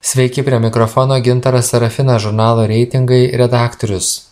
sveiki prie mikrofono gintaras serafinas žurnalo reitingai redaktorius